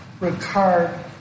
Ricard